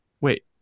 Wait